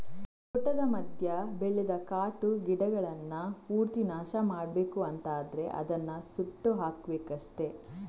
ತೋಟದ ಮಧ್ಯ ಬೆಳೆದ ಕಾಟು ಗಿಡಗಳನ್ನ ಪೂರ್ತಿ ನಾಶ ಮಾಡ್ಬೇಕು ಅಂತ ಆದ್ರೆ ಅದನ್ನ ಸುಟ್ಟು ಹಾಕ್ಬೇಕಷ್ಟೆ